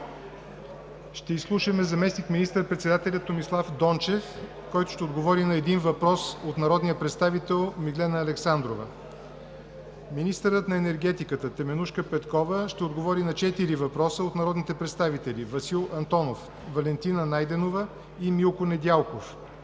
Ще изслушаме: – заместник министър-председателя Томислав Дончев, който ще отговори на един въпрос от народния представител Миглена Александрова; – министърът на енергетиката Теменужка Петкова ще отговори на четири въпроса от народните представители Васил Антонов, Валентина Найденова, Милко Недялков